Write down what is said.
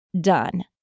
done